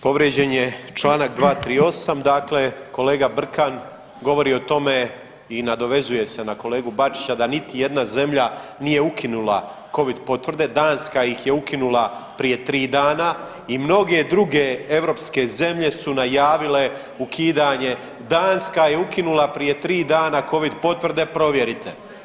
Povrijeđen je čl. 238, dakle kolega Brkan govori o tome i nadovezuje se na kolegu Bačića da niti jedna zemlja nije ukinula Covid potvrde, Danska ih je ukinula prije 3 dana i mnoge druge europske zemlje su najavile ukidanje, Danska je ukinula prije 3 dana Covid potvrde, provjerite.